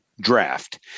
draft